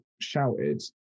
shouted